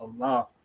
Allah